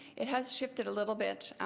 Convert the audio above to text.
it has shifted a little bit